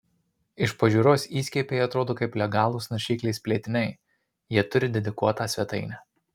iš pažiūros įskiepiai atrodo kaip legalūs naršyklės plėtiniai jie turi dedikuotą svetainę